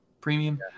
premium